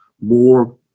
more